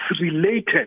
related